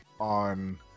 on